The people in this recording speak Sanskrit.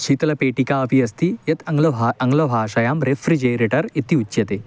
शीतलपेटिकापि अस्ति यत् आङ्ग्ल भा आङ्ग्लभाषायां रेफ़्रिजेरेटर् इति उच्यते